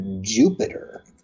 Jupiter